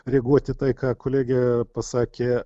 reaguot į tai ką kolegė pasakė